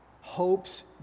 hopes